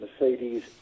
Mercedes